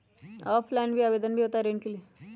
Offline भी आवेदन भी होता है ऋण के लिए?